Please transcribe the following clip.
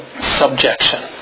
subjection